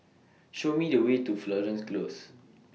Show Me The Way to Florence Close